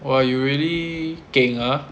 !wah! you really keng ah